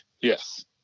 Yes